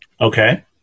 Okay